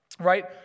right